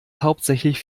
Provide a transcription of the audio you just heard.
hauptsächlich